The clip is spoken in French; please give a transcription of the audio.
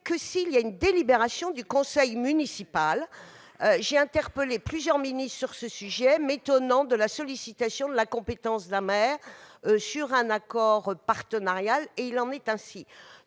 qu'après délibération du conseil municipal. J'ai interrogé plusieurs ministres sur ce sujet, m'étonnant de la sollicitation de la compétence d'un maire sur un accord partenarial : il en est ainsi.